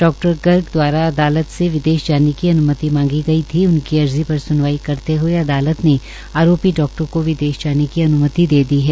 डॉ गर्ग द्वारा अदालत से विदेश जाने की अन्मति मांगी गई थी उनकी अर्जी पर स्नवाई करते हए अदालत ने आरोपी डॉक्टर को विदेश जाने की अन्मति दे दी है